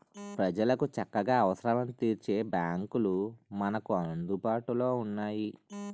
ప్రజలకు చక్కగా అవసరాలను తీర్చే బాంకులు మనకు అందుబాటులో ఉన్నాయి